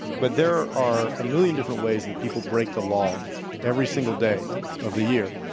but there are a million different ways that people break the law every single day of the year.